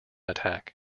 attack